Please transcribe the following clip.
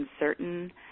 uncertain